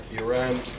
Iran